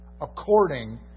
according